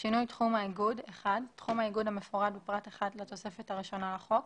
שינוי תחום האיגוד תחום האיגוד המפורט בפרט 1 לתוספת הראשונה לחוק,